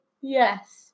Yes